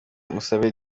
musabe